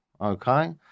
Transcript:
okay